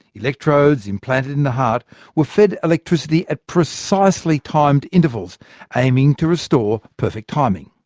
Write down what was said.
electrodes implanted in the heart were fed electricity at precisely timed intervals aiming to restore perfect timing.